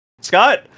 Scott